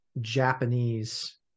japanese